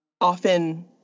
often